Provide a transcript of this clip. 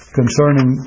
concerning